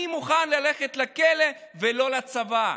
אני מוכן ללכת לכלא ולא לצבא.